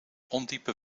ondiepe